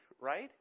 right